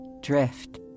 drift